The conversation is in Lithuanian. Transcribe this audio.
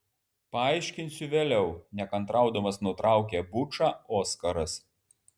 paaiškinsiu vėliau nekantraudamas nutraukė bučą oskaras